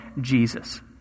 Jesus